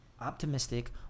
optimistic